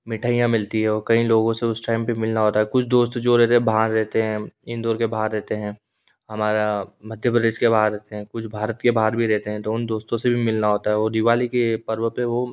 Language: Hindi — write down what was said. मिठाइयाँ मिलती है और कई लोगों से उस टाइम पर मिलना होता है कुछ दोस्त जो रहते बाहर रहते हैं इंदौर के बाहर रहते हें हमारर मध्य प्रदेश के बाहर रहते हैं कुछ भारत के बाहर भी रहते हैं तो उन दोस्तों से भी मिलना होता है और दीवाली के पर्व पर वो